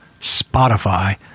spotify